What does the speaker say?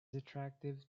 attractive